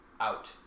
Out